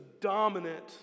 dominant